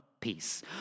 peace